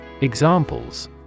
Examples